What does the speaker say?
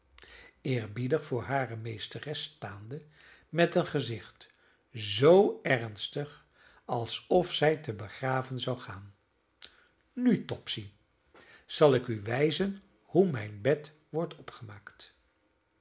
eerbiedig voor hare meesteres staande met een gezicht zoo ernstig alsof zij te begraven zou gaan nu topsy zal ik u wijzen hoe mijn bed wordt opgemaakt